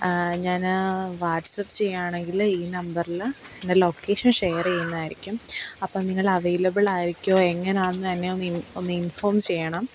ഞാന് വാട്സപ്പ് ചെയ്യുകയാണെങ്കിൽ ഈ നമ്പറില് എൻ്റെ ലൊക്കേഷൻ ഷെയർ ചെയ്യുന്നതായിരിക്കും അപ്പം നിങ്ങള് അവൈലബിളായിരിക്കുമോ എങ്ങനാന്ന് എന്നെയൊന്ന് ഇൻ ഒന്ന് ഇൻഫോം ചെയ്യണം